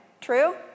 True